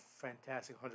fantastic